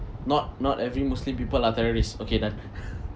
not not every muslim people are terrorist okay done